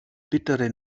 bittere